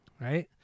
right